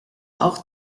auch